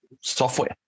software